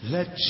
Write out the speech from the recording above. Let